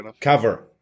cover